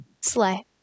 Slay